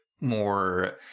more –